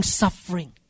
suffering